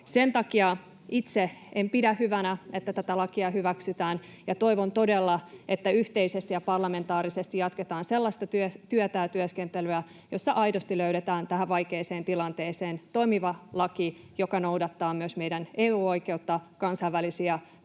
Sen takia itse en pidä hyvänä, että tämä laki hyväksytään, ja toivon todella, että yhteisesti ja parlamentaarisesti jatketaan sellaista työtä ja työskentelyä, jossa aidosti löydetään tähän vaikeaan tilanteeseen toimiva laki, joka noudattaa myös EU-oikeutta ja meidän kansainvälisiä